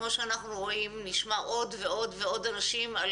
כמו שאנחנו רואים נשמע עוד ועוד אנשים על